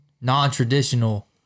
Non-traditional